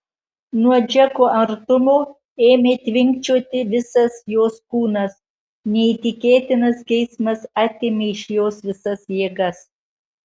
nuo džeko artumo ėmė tvinkčioti visas jos kūnas neįtikėtinas geismas atėmė iš jos visas jėgas